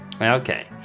Okay